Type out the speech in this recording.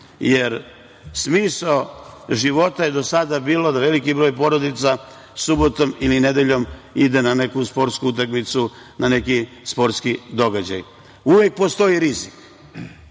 jer smisao života je do sada bio da veliki broj porodica subotom ili nedeljom ide neku sportsku utakmicu, na neki sportski događaj. Uvek postoji rizik,